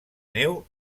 neu